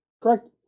Correct